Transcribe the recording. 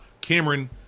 Cameron